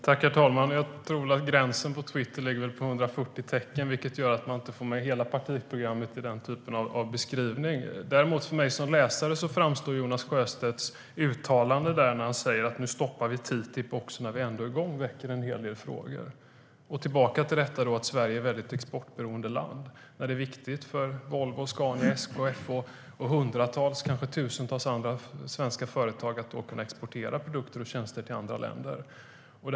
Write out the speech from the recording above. Herr ålderspresident! Jag tror att gränsen på Twitter ligger vid 140 tecken, vilket gör att man inte får med hela partiprogrammet där. Men Jonas Sjöstedts uttalande "Nu stoppar vi TTIP också när vi ändå är igång." väcker en hel del frågor hos mig som läsare. Jag kommer tillbaka till att Sverige är ett väldigt exportberoende land. Det är viktigt för Volvo, Scania, SKF och hundratals, kanske tusentals, andra svenska företag att de kan exportera produkter och tjänster till andra länder.